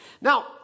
Now